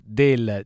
del